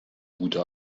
gute